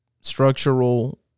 structural